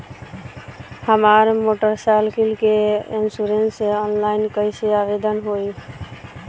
हमार motorcycle के insurance online कईसे आवेदन होई?